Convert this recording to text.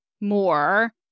more